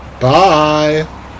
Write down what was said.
Bye